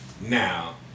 Now